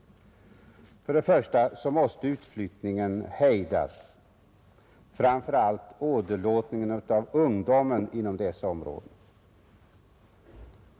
1. Utflyttningen måste hejdas, framför allt åderlåtningen på ungdom i dessa områden.